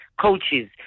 coaches